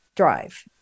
drive